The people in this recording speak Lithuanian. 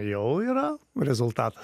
jau yra rezultatas